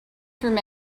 through